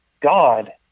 God